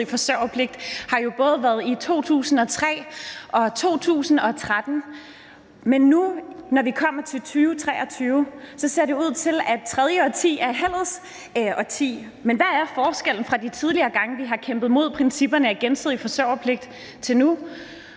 forsørgerpligt har jo både været i 2003 og 2013. Men nu, når vi kommer til 2023, ser det ud til, at tredje årti er heldets årti. Men hvad er forskellen fra de tidligere gange, vi har kæmpet imod principperne i den gensidige forsørgerpligt, til nu?